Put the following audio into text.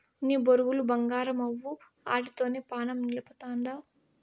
నీ బొరుగులు బంగారమవ్వు, ఆటితోనే పానం నిలపతండావ్